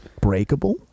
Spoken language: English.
breakable